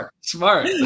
smart